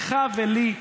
לך ולי,